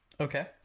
okay